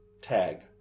tag